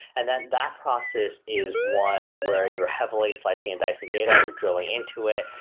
and then that process is one where you're heavily slicing and dicing data, you're drilling into it,